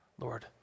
Lord